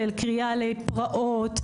של קריאה לפראות,